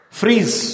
freeze